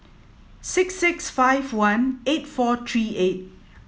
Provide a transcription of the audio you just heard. six six five one eight four three eight